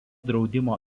draudimo